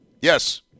Yes